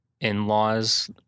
in-laws